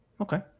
Okay